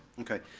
okay.